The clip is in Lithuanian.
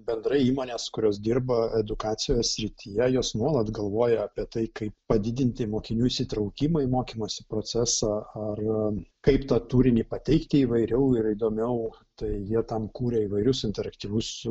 bendrai įmonės kurios dirba edukacijos srityje jos nuolat galvoja apie tai kaip padidinti mokinių įsitraukimą į mokymosi procesą ar kaip tą turinį pateikti įvairiau ir įdomiau tai jie tam kuria įvairius interaktyvius